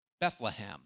Bethlehem